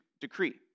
decree